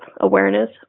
awareness